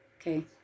okay